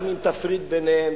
גם אם תפריד ביניהם,